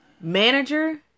manager